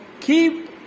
keep